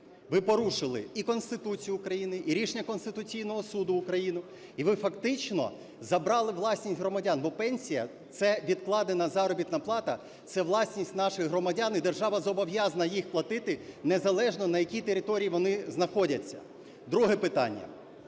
ви порушили і Конституцію України, і рішення Конституційного Суду України, і ви фактично забрали власність громадян, бо пенсія – це відкладена заробітна плата, це власність наших громадян і держава зобов'язана її платити, незалежно на якій території вони знаходяться. Друге питання.